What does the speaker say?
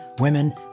women